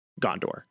Gondor